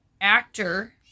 actor